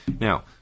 Now